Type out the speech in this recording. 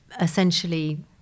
essentially